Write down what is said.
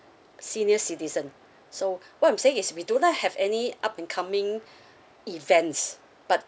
senior citizen so what I'm saying is we do not have any up incoming events but